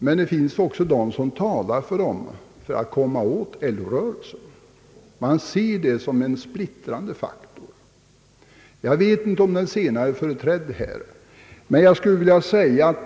Men det finns också de som håller på syndikalisterna för att komma åt LO-rörelsen, alltså som en splittrande faktor. Jag vet inte om den senare kategorin finns representerad här.